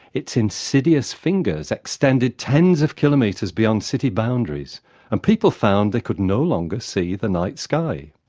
its insidious fingers extended tens of kilometres beyond city boundaries and people found they could no longer see the night sky.